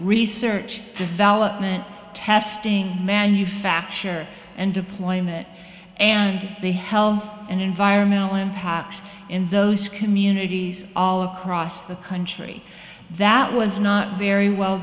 research development testing manufacture and deployment and the health and environmental impacts in those communities all across the country that was not very well